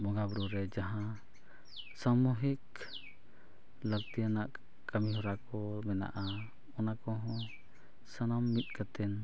ᱵᱚᱸᱜᱟ ᱵᱳᱨᱳ ᱨᱮ ᱡᱟᱦᱟᱸ ᱥᱟᱢᱚᱦᱤᱠ ᱞᱟᱹᱠᱛᱤᱭᱟᱱᱟᱜ ᱠᱟᱹᱢᱤᱦᱚᱨᱟ ᱠᱚ ᱢᱮᱱᱟᱜᱼᱟ ᱚᱱᱟ ᱠᱚᱦᱚᱸ ᱥᱟᱱᱟᱢ ᱢᱤᱫ ᱠᱟᱛᱮᱱ